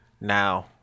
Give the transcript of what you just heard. Now